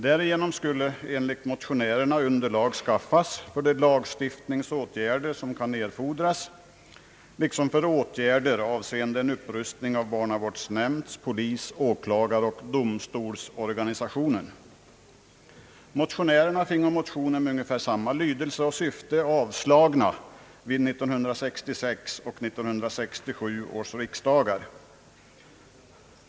Därigenom skulle enligt motionärerna underlag skaffas för de lagstiftningsåtgärder som kan erfordras liksom för åtgärder, avseende en upprustning av barnavårdsnämnds-, polis-, åklagaroch domstolsorganisationen. Motionärerna fick motioner med ungefär samma lydelse och syfte avslagna av 1966 och 1967 års riksdagar.